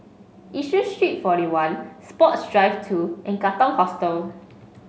Yishun Street Forty one Sports Drive Two and Katong Hostel